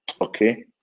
Okay